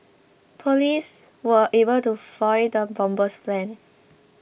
police were able to foil the bomber's plans